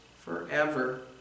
forever